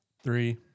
Three